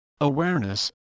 awareness